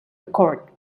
record